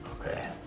Okay